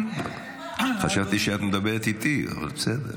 כן, חשבתי שאת מדברת איתי, אבל בסדר.